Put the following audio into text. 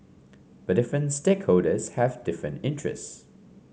but different stakeholders have different interests